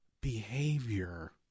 behavior